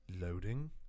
loading